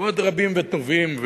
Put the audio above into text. ועוד רבים וטובים.